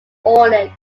ornate